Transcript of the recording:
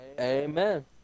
Amen